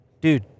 Dude